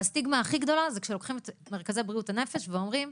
והסטיגמה הכי גדולה זה כשלוקחים את מרכזי בריאות הנפש ואומרים: